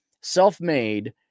self-made